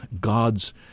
God's